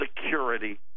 security